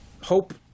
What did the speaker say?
Hope